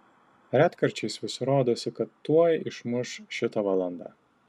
retkarčiais vis rodosi kad tuoj išmuš šita valanda